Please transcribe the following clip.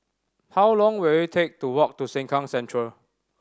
how long will it take to walk to Sengkang Central